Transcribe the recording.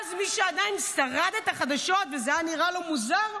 ואז מי שעדיין שרד את החדשות וזה היה נראה לו מוזר,